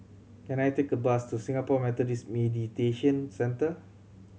can I take a bus to Singapore Meditation Centre